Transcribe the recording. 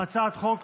הצעת חוק